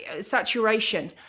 saturation